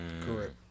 Correct